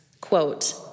Quote